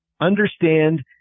understand